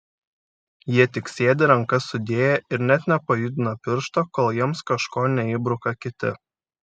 jie tik sėdi rankas sudėję ir net nepajudina piršto kol jiems kažko neįbruka kiti